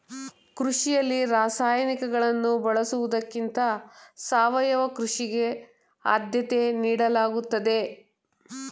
ಕೃಷಿಯಲ್ಲಿ ರಾಸಾಯನಿಕಗಳನ್ನು ಬಳಸುವುದಕ್ಕಿಂತ ಸಾವಯವ ಕೃಷಿಗೆ ಆದ್ಯತೆ ನೀಡಲಾಗುತ್ತದೆ